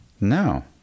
No